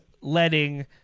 letting